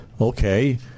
okay